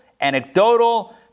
anecdotal